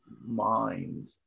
mind